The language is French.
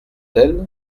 elle